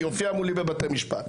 היא הופיעה מולי בבתי משפט.